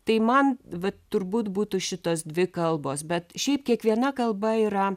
tai man vat turbūt būtų šitos dvi kalbos bet šiaip kiekviena kalba yra